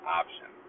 option